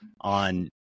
on